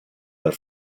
per